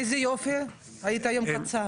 איזה יופי, היית היום קצר.